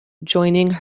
joining